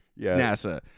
NASA